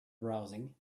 browsing